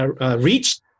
reached